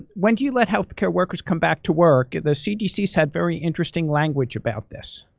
when do you let healthcare workers come back to work? the cdcs had very interesting language about this.